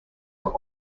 were